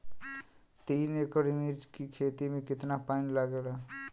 तीन एकड़ मिर्च की खेती में कितना पानी लागेला?